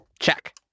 Check